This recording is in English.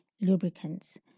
lubricants